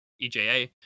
EJA